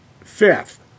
fifth